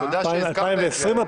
תודה שהזכרת את זה, החשב.